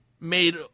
made